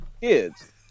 kids